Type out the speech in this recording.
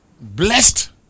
Blessed